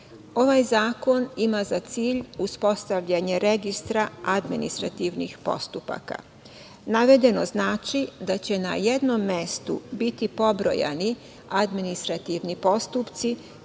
Ovaj zakon ima za cilj uspostavljanje registra administrativnih postupaka. Navedeno znači da će na jednom mestu biti pobrojani administrativni postupci